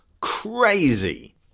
crazy